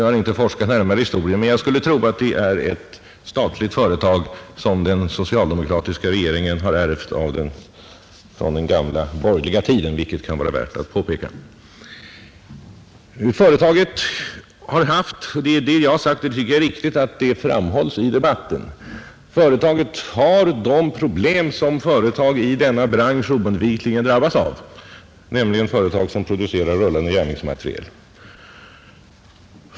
Jag har inte forskat närmare i historien, men jag förmodar att det är ett statligt företag som den socialdemokratiska regeringen har ärvt från den gamla borgerliga tiden, vilket kan vara värt att påpeka. Jag tycker det är riktigt att framhålla, att de problem som företaget har, de problemen delar KVAB med andra företag i den bransch som producerar rullande järnvägsmateriel.